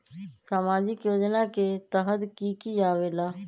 समाजिक योजना के तहद कि की आवे ला?